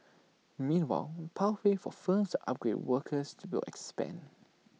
meanwhile pathways for firms to upgrade workers will expand